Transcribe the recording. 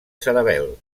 cerebel